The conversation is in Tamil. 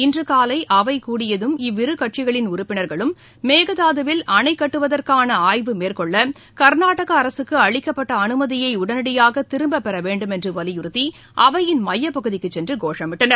இன்று காலை அவை கூடியதும் இவ்விரு கட்சிகளின் உறுப்பினர்களும் மேகதாதுவில் அணை கட்டுவதற்காள ஆய்வு மேற்கொள்ள கர்நாடக அரசுக்கு அளிக்கப்பட்ட அனுமதியை உடனடியாக திரும்பப்பெற வேண்டும் என்று வலியுறுத்தி அவையின் மையப்பகுதிக்கு சென்று கோஷமிட்டனர்